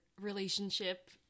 relationship